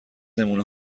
نمونه